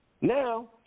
Now